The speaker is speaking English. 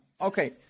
Okay